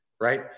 right